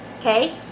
Okay